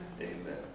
Amen